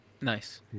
Nice